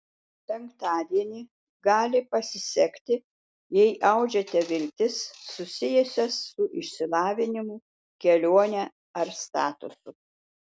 penktadienį gali pasisekti jei audžiate viltis susijusias su išsilavinimu kelione ar statusu